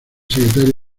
secretario